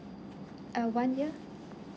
uh one year